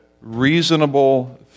reasonable